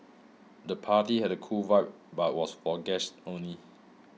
the party had a cool vibe but was for guests only